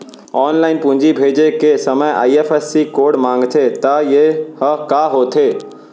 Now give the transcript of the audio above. Online पूंजी भेजे के समय आई.एफ.एस.सी कोड माँगथे त ये ह का होथे?